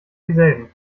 dieselben